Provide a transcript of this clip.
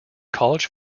college